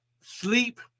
sleep